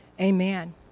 Amen